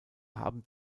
haben